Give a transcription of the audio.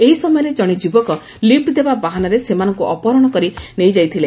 ଏହି ସମୟରେ ଜଣେ ଯୁବକ ଲିଫୁ ଦେବା ବାହାନାରେ ସେମାନଙ୍କୁ ଅପହରଶ କରି ନେଇଯାଇଥିଲେ